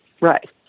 Right